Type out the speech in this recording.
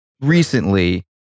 recently